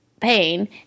pain